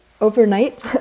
overnight